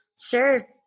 sure